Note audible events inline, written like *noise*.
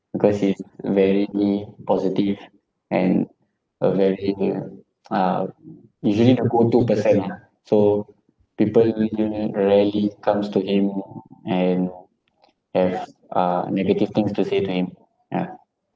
because he's very positive and a very *noise* uh usually the go to person ah so people rarely comes to him and have uh negative things to say to him yeah